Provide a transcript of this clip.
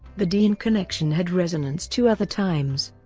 the dean connection had resonance two other times,